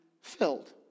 filled